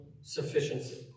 sufficiency